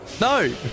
No